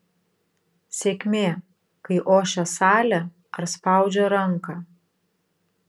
sėkmė kai ošia salė ar spaudžia ranką